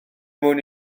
mwyn